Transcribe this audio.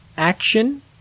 Action